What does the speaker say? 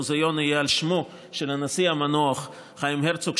המוזיאון יהיה על שמו של הנשיא המנוח חיים הרצוג,